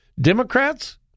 Democrats